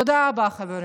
תודה רבה, חברים.